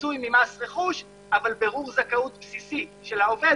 פיצוי ממס רכוש אבל בירור זכאות בסיסית של העובד